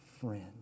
friend